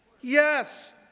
Yes